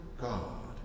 God